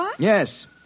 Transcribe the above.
Yes